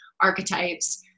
archetypes